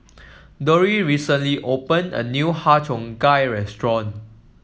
Dori recently opened a new Har Cheong Gai restaurant